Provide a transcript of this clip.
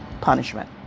punishment